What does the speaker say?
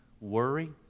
worry